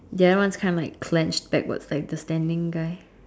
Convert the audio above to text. the other one is kind of like clenched backwards like the standing guy